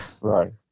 Right